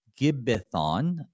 Gibbethon